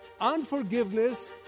Unforgiveness